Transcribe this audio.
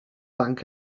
thank